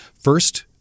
First